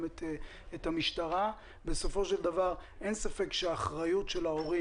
גם את המשטרה ובסופו של דבר אין ספק שהאחריות של ההורים